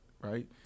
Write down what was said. right